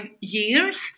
years